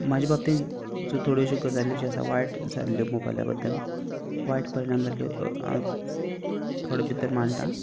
म्हाजे बाबतीन ज्यो थोड्याश्यो गजाली ज्यो आसा वायट जाल्ल्यो मोबायला बद्दल वायट परिणाम जाल्ल्यो थोडे भितर मांडटा